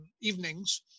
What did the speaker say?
evenings